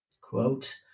quote